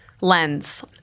lens